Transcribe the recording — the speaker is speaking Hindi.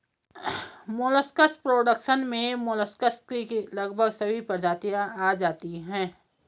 मोलस्कस प्रोडक्शन में मोलस्कस की लगभग सभी प्रजातियां आ जाती हैं